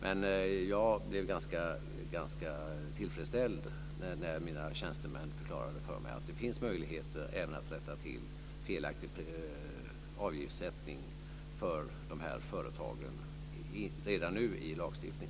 Men jag blev ganska tillfredsställd när mina tjänstemän förklarade för mig att det finns möjligheter att rätta till felaktig avgiftssättning för de här företagen redan med nuvarande lagstiftning.